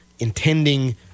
intending